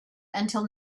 until